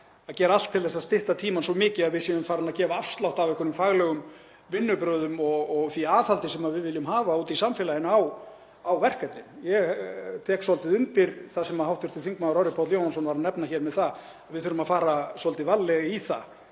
að gera allt til að stytta tímann svo mikið að við séum farin að gefa afslátt af einhverjum faglegum vinnubrögðum og því aðhaldi sem við viljum hafa úti í samfélaginu á verkefnið. Ég tek svolítið undir það sem hv. þm. Orri Páll Jóhannsson nefndi, að við þurfum að fara varlega í það.